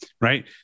right